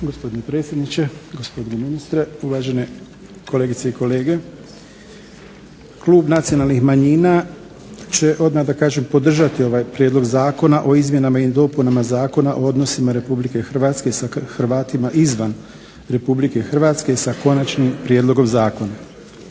Gospodine predsjedniče, gospodine ministre, uvažene kolegice i kolege. Klub nacionalnih manjina će odmah da kažem podržati ovaj prijedlog zakona o izmjenama i dopunama Zakona o odnosima RH sa Hrvatima izvan RH s Konačnim prijedlogom zakona.